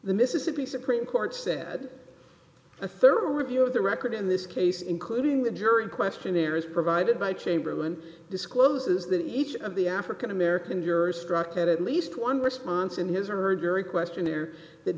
the mississippi supreme court said a thorough review of the record in this case including the jury questionnaire is provided by chamberlain discloses that each of the african american jurors struck at least one response in his or her jury questionnaire that